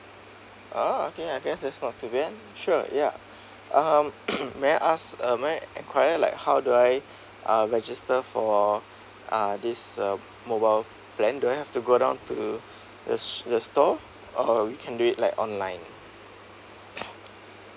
orh okay I guess that's not too bad sure ya um may I ask uh may I enquire like how do I uh register for uh this uh mobile plan do I have to go down to the s~ the store or we can do it like online